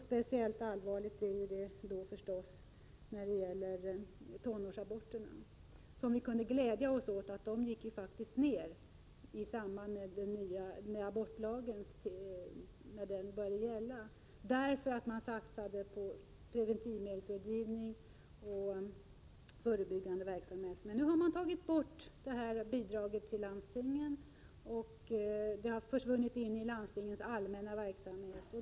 Speciellt allvarligt är det förstås när det gäller tonåringarna. Vi kunde ju glädja oss åt att antalet tonåringar som gjorde abort minskade i och med abortlagens tillkomst, eftersom man då satsade på preventivmedelsrådgivning och förebyggande verksamhet. Men nu har man tagit bort bidraget för detta till landstingen. Det har försvunnit in i landstingens allmänna verksamhet.